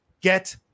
get